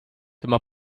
tema